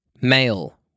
male